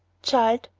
child,